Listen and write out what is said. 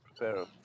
prepare